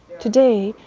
today,